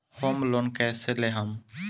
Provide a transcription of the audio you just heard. Home loan कैसे लेहम?